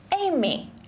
Amy